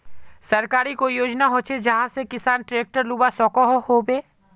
सरकारी कोई योजना होचे जहा से किसान ट्रैक्टर लुबा सकोहो होबे?